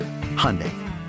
Hyundai